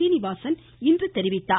சீனிவாசன் இன்று தெரிவித்துள்ளார்